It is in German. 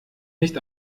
nicht